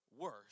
worse